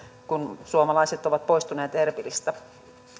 kun suomalaiset ovat poistuneet erbilistä